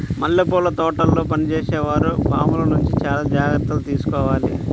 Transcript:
మల్లెపూల తోటల్లో పనిచేసే వారు పాముల నుంచి చాలా జాగ్రత్తలు తీసుకోవాలి